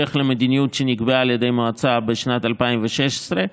בהמשך למדיניות שנקבעה על ידי המועצה בשנת 2016,